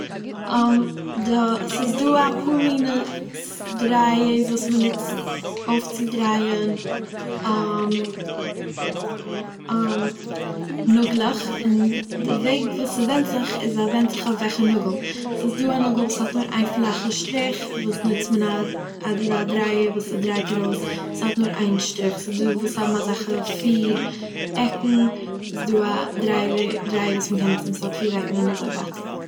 די ס'איז דא אפאר מינע דרייערס וואס מ'נוצט אויפצודרייען נאגלעך, און די וועג וואס ס'ווענד זיך איז ס'ווענד זיך וועלכע נאגל, ס'איז דא א נאגל וואס האט נאר איין פלאכע שטריך וואס נוצט מען א- א דרייער וואס ס'דרייט ארויס ס'האט נאר איין שטריך, ס'איז דא וואס האבן אזאלכע פיר עקן איז דא א דרייווער- א דרייער וואס האט פיר עקן און אזוי ווייטער.